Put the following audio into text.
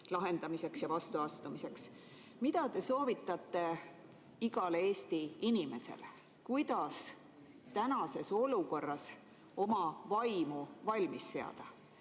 lahendamiseks ja neile vastu astumiseks. Mida te soovitate igale Eesti inimesele, kuidas tänases olukorras oma vaimu valmis seada?